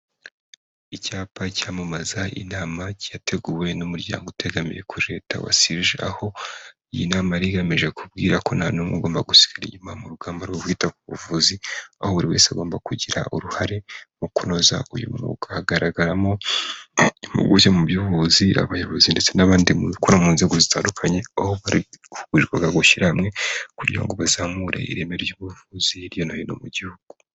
Icyapa cyamamaza inama, cyateguwe n'umuryango utegamiye kuri Leta wa Serge, aho iyi nama yari igamije kubwira ko nta n'umwe ugomba gusigara inyuma mu rugamba rwo kwita ku buvuzi, aho buri wese agomba kugira uruhare mu kunoza uyu mwuga. Hagaragaramo impuguke mu by'ubuvuzi, abayobozi ndetse n'abandi bakora mu nzego zitandukanye, aho bahugurirwaga gushyira hamwe kugira ngo bazamure ireme ry'ubuvuzi, hirya no hino mu gihugu.